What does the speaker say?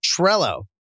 Trello